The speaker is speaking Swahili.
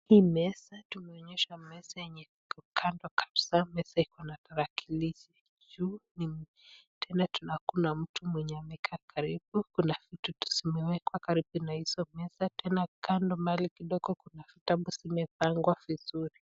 Hii meza, tumeonyeshwa meza yenye iko kando kabisaa, kando iko na talakilishi, juu tena tunaina mtu mwenye amekaa karibu, kuna vitu zimewekwa karibu na hizo meza, tena kando mbali kidogo kuna vitabu zimepangwa vizuri.